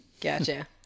Gotcha